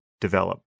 develop